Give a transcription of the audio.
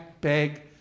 bag